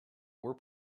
were